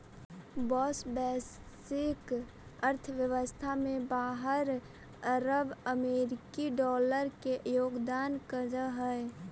बाँस वैश्विक अर्थव्यवस्था में बारह अरब अमेरिकी डॉलर के योगदान करऽ हइ